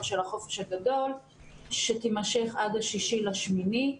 של החופש הגדול שתימשך ה-6 לאוגוסט.